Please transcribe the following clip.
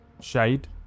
shade